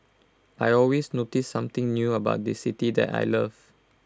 I always notice something new about this city that I love